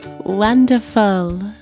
Wonderful